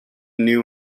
knew